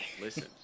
listen